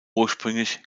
ursprünglich